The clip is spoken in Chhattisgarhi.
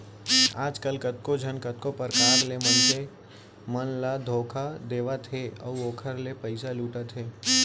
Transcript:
आजकल कतको झन कतको परकार ले मनसे मन ल धोखा देवत हे अउ ओखर ले पइसा लुटत हे